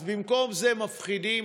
אז במקום זה מפחידים.